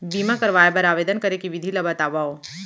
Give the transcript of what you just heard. बीमा करवाय बर आवेदन करे के विधि ल बतावव?